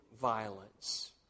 violence